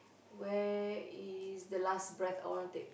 where is the last breath I wanna take